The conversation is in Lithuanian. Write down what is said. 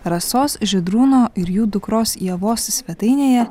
rasos žydrūno ir jų dukros ievos svetainėje